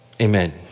Amen